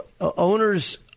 owners